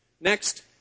next